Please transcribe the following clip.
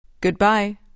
Goodbye